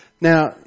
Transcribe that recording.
Now